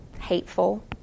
hateful